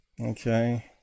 okay